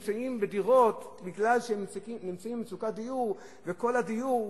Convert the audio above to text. בגלל מצוקת הדיור נמצאות בדירות,